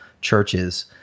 churches